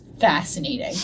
fascinating